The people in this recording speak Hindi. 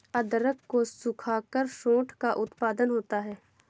अदरक को सुखाकर सोंठ का उत्पादन होता है